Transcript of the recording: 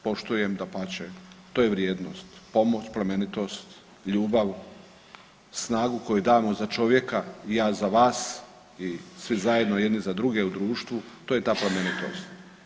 Poštujem, dapače, to je vrijednost, pomoć, plemenitost, ljubav, snagu koju damo za čovjeka i ja za vas i svi zajedno, jedni za druge u društvu, to je ta plemenitost.